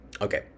okay